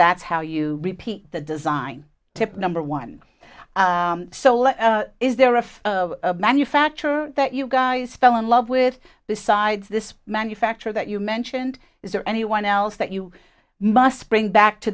that's how you repeat the design tip number one so let is there if manufacture that you guys fell in love with besides this manufacturer that you mentioned is there any one else that you must bring back to